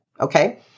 Okay